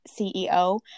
ceo